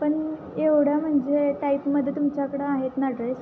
पण एवढ्या म्हणजे टाईपमध्ये तुमच्याकडं आहेत ना ड्रेस